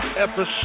episode